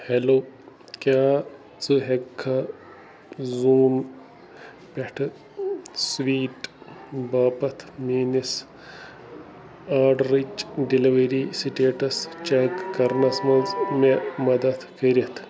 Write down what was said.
hello کیٛاہ ژٕ ہیٚکہِ کھا زوٗم پٮ۪ٹھ سٕویٖٹ باپتھ میٛٲنس آرڈرٕچ ڈیٚلؤری سٹیٹس چیٚک کرنَس منٛز مےٚ مدد کٔرتھ